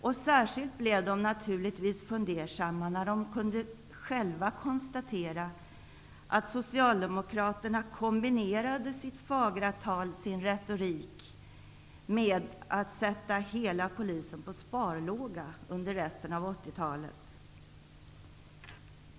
De blev naturligtvis särskilt fundersamma när de själva kunde konstatera att Socialdemokraterna kombinerade sitt fagra tal, sin retorik, med att sätta hela Polisen på sparlåga under resten av 80-talet.